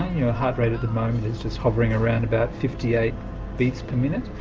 your heart rate at the moment is just hovering around about fifty eight beats per minute,